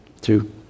two